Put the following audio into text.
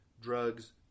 drugs